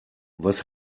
was